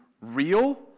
real